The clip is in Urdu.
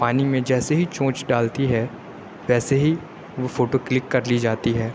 پانی میں جیسے ہی چونچ ڈالتی ہے ویسے ہی وہ فوٹو کلک کر لی جاتی ہے